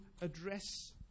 address